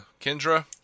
Kendra